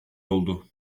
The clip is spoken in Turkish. oldu